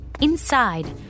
Inside